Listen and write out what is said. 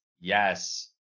Yes